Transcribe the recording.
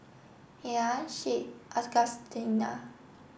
Miah Shade Augustina